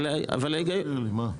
מה?